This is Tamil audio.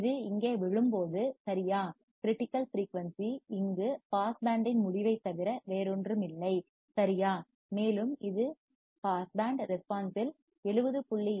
இது இங்கே விழும்போது சரியா கிரிட்டிக்கல் ஃபிரீயூன்சி இங்கு பாஸ் பேண்டின் முடிவைத் தவிர வேறொன்றுமில்லை சரியா மேலும் இது பாஸ் பேண்ட் ரெஸ்பான்ஸ்லில் 70